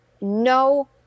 no